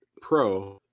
pro